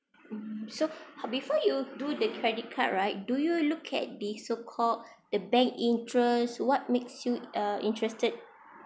mm so before you do the credit card right do you look at the so called the bank interest what makes you uh interested